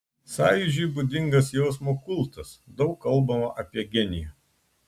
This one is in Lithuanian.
sąjūdžiui būdingas jausmo kultas daug kalbama apie genijų